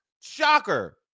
shocker